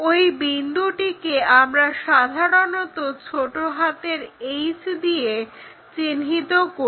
ওই বিন্দুটিকে আমরা সাধারণত ছোট হাতের h দিয়ে চিহ্নিত করি